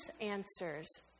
answers